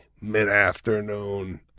mid-afternoon